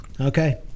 okay